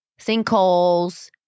sinkholes